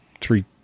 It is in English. three